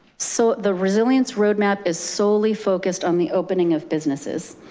so the resilience roadmap is solely focused on the opening of businesses